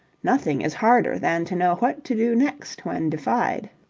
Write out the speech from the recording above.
nothing is harder than to know what to do next when defied.